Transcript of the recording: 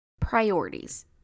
Priorities